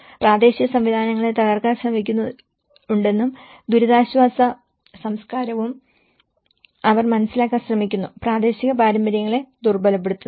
പ്രാദേശിക സംവിധാനങ്ങളെ തകർക്കാൻ ശ്രമിക്കുന്നുണ്ടെങ്കിലും ദുരിതാശ്വാസ സംസ്കാരവും അവർ മനസ്സിലാക്കാൻ ശ്രമിക്കുന്നു പ്രാദേശിക പാരമ്പര്യങ്ങളെ ദുർബലപ്പെടുത്തുന്നു